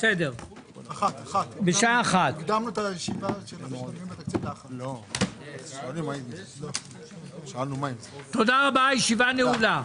בשעה 13:00. תודה רבה, הישיבה נעולה.